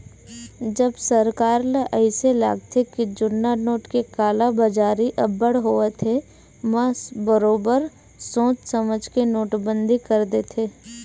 जब सरकार ल अइसे लागथे के जुन्ना नोट के कालाबजारी अब्बड़ होवत हे म बरोबर सोच समझ के नोटबंदी कर देथे